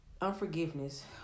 unforgiveness